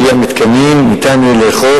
ברגע שיהיו מתקנים יהיה אפשר לאכוף.